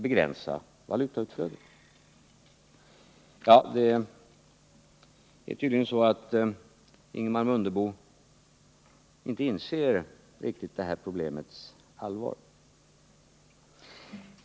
Det är tydligen så att Ingemar Mundebo inte riktigt inser det här problemets allvar.